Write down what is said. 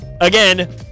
Again